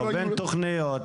אין תוכניות,